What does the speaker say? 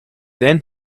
then